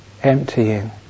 Emptying